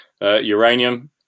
uranium